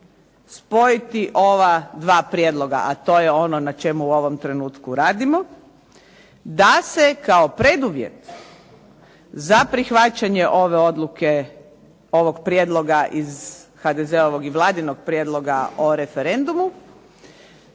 spojiti ova dva prijedloga a to je ono na čemu u ovom trenutku radimo da se kao preduvjet za prihvaćanje ove odluke, ovog prijedloga HDZ-ovog i Vladinog prijedloga o referendumu